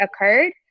occurred